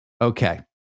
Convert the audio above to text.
Okay